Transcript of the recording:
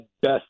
best